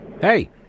hey